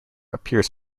appears